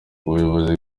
ubuyobozi